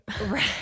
Right